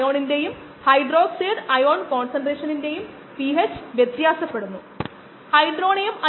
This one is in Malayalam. ബയോമാസ് ബയോ പ്രൊഡക്റ്റുകൾ എന്നിവ ഒരു ബയോ പ്രോസസിന്റെ രണ്ട് പ്രധാന ഫലങ്ങളായി നമ്മൾ കണ്ടു അതായത് മൊഡ്യൂൾ 2ന്റെ പ്രധാന തീം